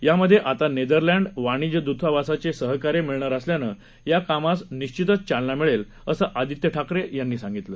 यामध्ये आता नेदरलँड् वाणिज्य दूतावासाचे सहकार्य मिळणार असल्यानं या कामास निश्वितच चालना मिळेल असं आदित्य ठाकरे यावेळी म्हणाले